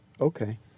Okay